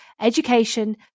education